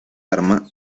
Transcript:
arma